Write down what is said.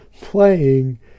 playing